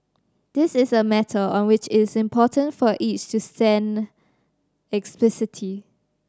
this is a matter on which it is important for each to take a stand explicitly